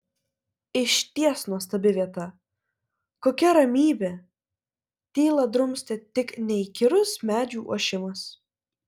išties nuostabi vieta kokia ramybė tylą drumstė tik neįkyrus medžių ošimas